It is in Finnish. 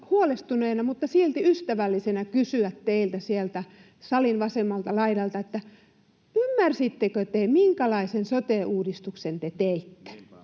mutta silti ystävällisenä, kysyä teiltä sieltä salin vasemmalta laidalta: Ymmärsittekö te, minkälaisen sote-uudistuksen te teitte?